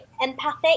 empathic